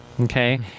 Okay